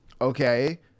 okay